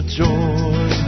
joy